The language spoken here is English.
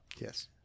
Yes